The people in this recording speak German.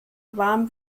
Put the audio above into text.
warm